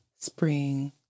spring